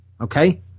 Okay